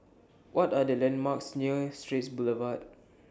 What Are The landmarks near Straits Boulevard